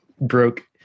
broke